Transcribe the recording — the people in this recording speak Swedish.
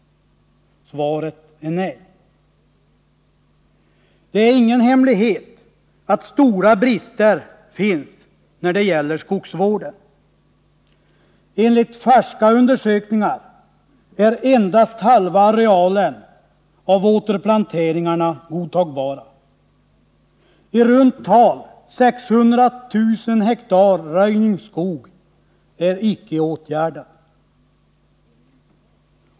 Svaret är nej. Det är ingen hemlighet att det finns stora brister när det gäller skogsvården. Enligt färska undersökningar är återplanteringarna godtagbara endast på halva arealen. I runt tal 600 000 hektar röjningsskog är icke åtgärdad.